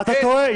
אתה טועה.